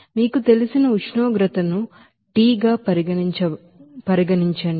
మీకు తెలిసిన ఉష్ణోగ్రతను T గా పరిగణించండి